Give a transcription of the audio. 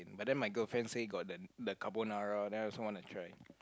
but then my girlfriend say got the carbonara then I also want to try